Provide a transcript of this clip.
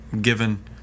given